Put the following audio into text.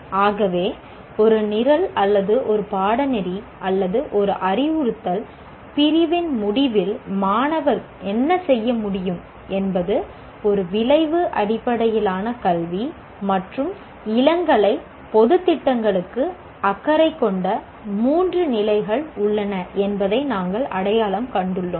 ஆகவே ஒரு நிரல் அல்லது ஒரு பாடநெறி அல்லது ஒரு அறிவுறுத்தல் பிரிவின் முடிவில் மாணவர் என்ன செய்ய முடியும் என்பது ஒரு விளைவு அடிப்படையிலான கல்வி மற்றும் இளங்கலை பொதுத் திட்டங்களுக்கு அக்கறை கொண்ட 3 நிலைகள் உள்ளன என்பதை நாங்கள் அடையாளம் கண்டோம்